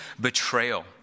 betrayal